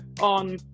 on